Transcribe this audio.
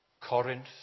Corinth